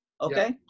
Okay